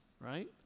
right